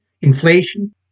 inflation